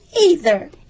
either